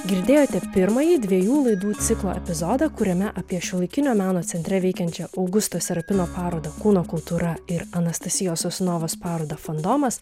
girdėjote pirmąjį dviejų laidų ciklo epizodą kuriame apie šiuolaikinio meno centre veikiančią augusto serapino parodą kūno kultūra ir anastasijos sosunovos parodą fandomas